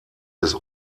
des